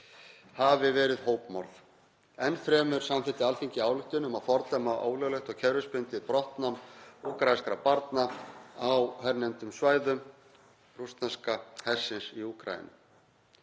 hafi verið hópmorð. Enn fremur samþykkti Alþingi ályktun um að fordæma ólöglegt og kerfisbundið brottnám úkraínskra barna á hernumdum svæðum rússneska hersins í Úkraínu.